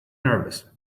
nervous